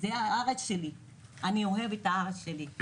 זאת הארץ שלו והוא אוהב את הארץ שלו.